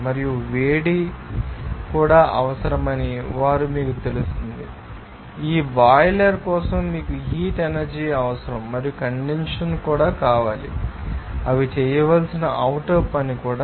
మరియు వేడి కూడా అవసరమని వారు మీకు తెలుసు ఈ బాయిలర్ కోసం మీకు హీట్ ఎనర్జీ అవసరం మరియు కండెన్సషన్ కూడా మీకు కావాలి అవి చేయవలసిన ఔటర్ పని కూడా